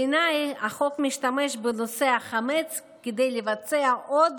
בעיניי, החוק משתמש בנושא החמץ כדי לבצע עוד